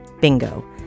Bingo